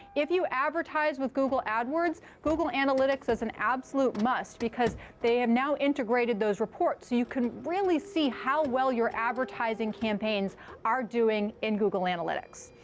if you advertise with google adwords, google analytics is an absolute must, because they have now integrated those reports. so you can really see how well your advertising campaigns are doing in google analytics.